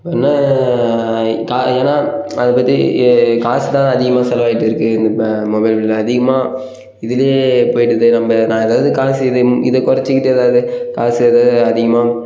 வேணால் கா ஏன்னால் அதைப் பற்றியே காசு தாண்ணா அதிகமாக செலவாகிட்டு இருக்குது இப் இப்போ மொபைல் பில் அதிகமாக இதுலேயே போய்விடுது நம்ம நான் ஏதாவது காசு இதுவும் இதை குறைச்சிக்கிட்டு ஏதாவது காசு ஏதாவது அதிகமாக